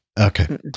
Okay